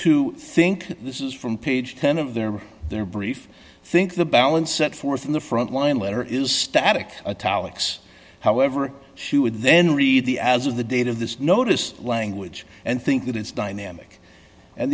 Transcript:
to think this is from page ten of their their brief think the balance set forth in the front line letter is static a tallackson however she would then read the as of the date of this notice language and think that it's dynamic and